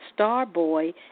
Starboy